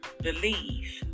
believe